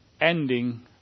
ending